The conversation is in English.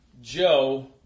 Joe